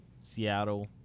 Seattle